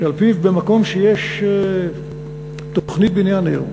שעל-פיו במקום שיש תוכנית בניין עיר,